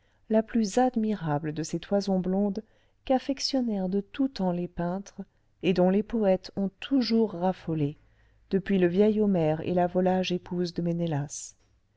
la plus admirable de ces toisons blondes qu'affectionnèrent de tout temps les peintres et dont les poètes ont toujours raffolé depuis le vieil homère et la volage épouse de ménélas